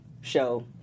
show